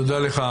תודה לך.